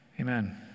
Amen